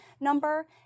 number